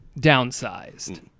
downsized